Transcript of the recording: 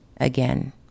again